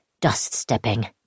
dust-stepping